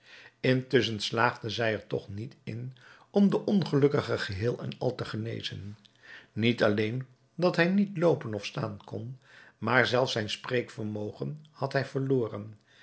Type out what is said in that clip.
intusschen slaagde zij er toch niet in om den ongelukkige geheel en al te genezen niet alleen dat hij niet loopen of staan kon maar zelfs zijn spreekvermogen had hij verloren